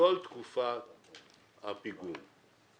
לאורך כל תקופת השימוש בפיגום.